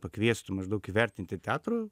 pakviestų maždaug įvertinti teatro